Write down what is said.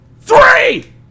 Three